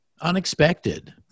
Unexpected